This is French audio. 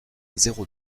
zéro